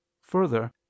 Further